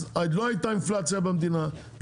אז לא הייתה אינפלציה במדינה,